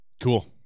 cool